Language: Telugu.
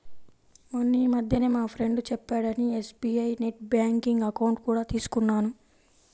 మొన్నీమధ్యనే మా ఫ్రెండు చెప్పాడని ఎస్.బీ.ఐ నెట్ బ్యాంకింగ్ అకౌంట్ కూడా తీసుకున్నాను